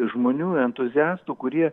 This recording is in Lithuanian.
žmonių entuziastų kurie